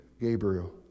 Gabriel